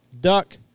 duck